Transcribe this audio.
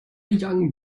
young